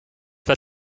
the